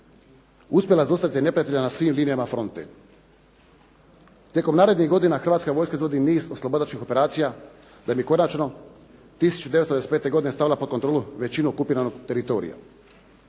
uspjela zaustaviti neprijatelja na svim linijama fronte. Tijekom narednih godina Hrvatska vojska izvodi niz oslobodilačkih operacija, da bi konačno 1995. godine stavila pod kontrolu većinu okupiranog teritorija.